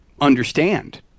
understand